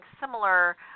similar